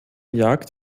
jagd